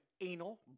anal